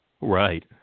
Right